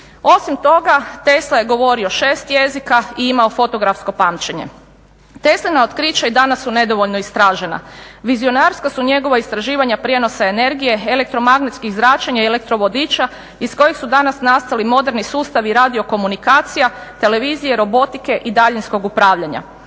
Osim toga Tesla je govorio 6 jezika i imao fotografsko pamćenje. Teslina otkrića i danas su nedovoljno istražena. Vizionarska su njegova istraživanja prijenosa energije, elektromagnetskih zračenja i elektrovodiča iz kojih su danas nastali moderni sustavi radio komunikacija, televizije, robotike i daljinskog upravljanja.